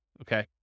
okay